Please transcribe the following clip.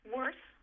Worse